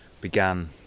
began